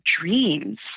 dreams